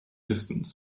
distance